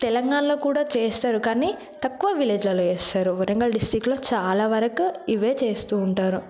తెలంగాణలో కూడా చేస్తారు కానీ తక్కువ విలేజ్లల్లో చేస్తారు వరంగల్ డిస్ట్రిక్లో చాలా వరకు ఇవే చేస్తూ ఉంటారు